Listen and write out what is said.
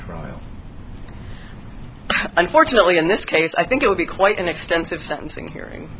them unfortunately in this case i think it would be quite an extensive sentencing hearing